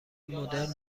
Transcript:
مدرن